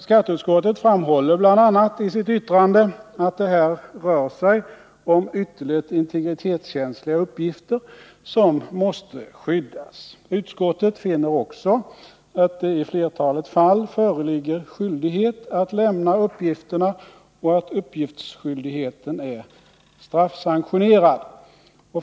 Skatteutskottet framhåller bl.a. i sitt yttrande att det här rör sig om ytterligt integritetskänsliga uppgifter, som måste skyddas. Utskottet finner också att det i flertalet fall föreligger skyldighet att lämna uppgifterna och att uppgiftsskyldigheten är straffsanktionerad.